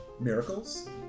Miracles